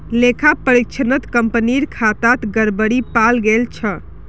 लेखा परीक्षणत कंपनीर खातात गड़बड़ी पाल गेल छ